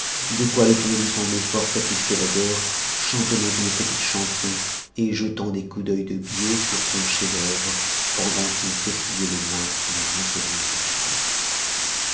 de quoi letondu semblait fort satisfait d'ailleurs chantonnant une petite chanson et jetant des coups d'œil de biais sur son chef-d'œuvre pendant qu'il s'essuyait les mains à la mousseline des rideaux